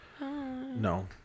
No